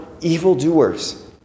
evildoers